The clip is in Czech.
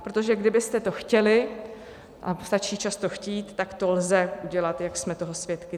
Protože kdybyste to chtěli, a stačí často chtít, tak to lze udělat, jak jsme toho svědky teď.